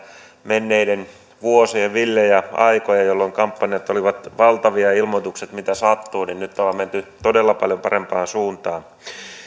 menneiden vuosien villeihin aikoihin jolloin kampanjat olivat valtavia ja ilmoitukset mitä sattuu niin nyt ollaan menty todella paljon parempaan suuntaan